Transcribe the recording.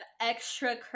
extra